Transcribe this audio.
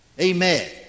amen